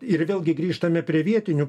ir vėlgi grįžtame prie vietinių